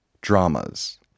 dramas